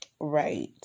Right